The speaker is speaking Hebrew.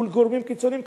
מול גורמים קיצוניים,